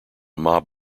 mob